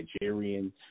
Nigerian